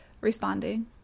responding